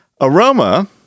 aroma